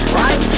right